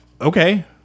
okay